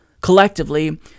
collectively